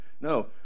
No